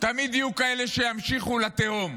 תמיד יהיו כאלה שימשיכו לתהום.